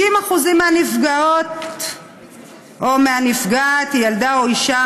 90% מהנפגעות הן ילדה או אישה,